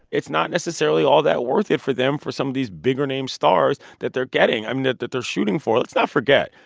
it's not necessarily all that worth it for them for some of these bigger-name stars that they're getting i mean, that they're shooting for. let's not forget,